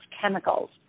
chemicals